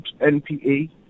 NPA